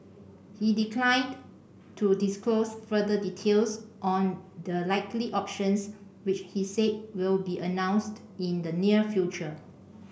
he declined to disclose further details on the likely options which he said will be announced in the near future